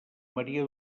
maria